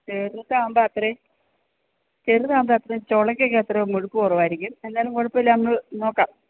തൂക്കമാകുമ്പം അത്രയും ചെറുതാകുമ്പം അത്രയും ചൊളക്കൊക്കെത്ര മുഴുപ്പ് കുറവായിരിക്കും എന്നാലും മുഴുപ്പില്ലയെന്നു നോക്കാം